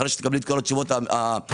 אחרי שתקבלי את כל התשובות הנוספות,